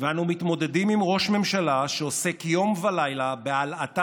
ואנו מתמודדים עם ראש ממשלה שעוסק יום ולילה בהלעטת